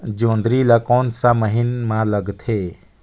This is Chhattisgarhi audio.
जोंदरी ला कोन सा महीन मां लगथे?